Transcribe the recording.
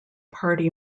party